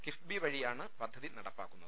കിഫ്ബി വഴിയാണ് പദ്ധതി നടപ്പാക്കുന്നത്